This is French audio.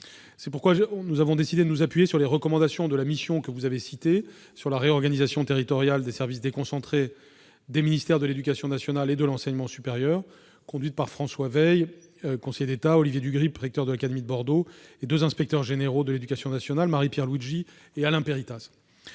C'est pourquoi nous avons décidé de nous appuyer sur les recommandations de la mission sur la réorganisation territoriale des services déconcentrés des ministères de l'éducation nationale et de l'enseignement supérieur, conduite par François Weil, conseiller d'État, Olivier Dugrip, recteur de l'académie de Bordeaux, et deux inspecteurs généraux de l'éducation nationale, Marie-Pierre Luigi et Alain Perritaz.